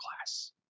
class